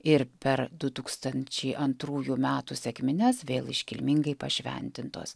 ir per du tūkstančiai antrųjų metų sekmines vėl iškilmingai pašventintos